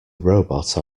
robot